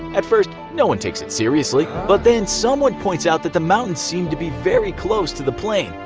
at first no one takes it seriously, but then someone points out that the mountains seem to be very close to the plane,